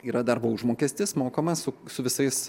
yra darbo užmokestis mokamas su visais